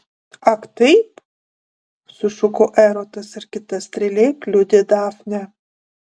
ak taip sušuko erotas ir kita strėle kliudė dafnę